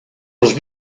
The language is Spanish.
los